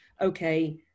Okay